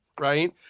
right